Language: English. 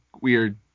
weird